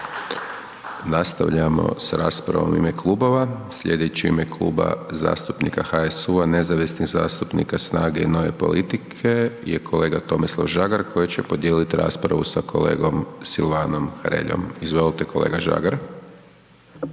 Nastavljamo s raspravom u ime klubova, slijedeći u ime Kluba zastupnika HSU-a, nezavisnih zastupnika, SNAGA-e i nove politike je kolega Tomislav Žagar koji će podijelit raspravu s kolegom Silvanom Hreljom, izvolite kolega Žagar.